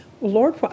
Lord